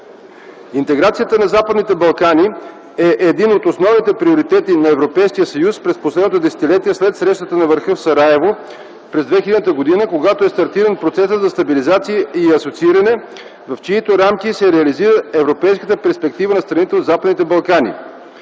Интеграцията на Западните Балкани е един от основните приоритети на Европейския съюз през последното десетилетие след срещата на върха в Сараево през 2000 г., когато е стартиран процесът за стабилизация и асоцииране, в чийто рамки се реализира европейската перспектива на страните от Западните Балкани.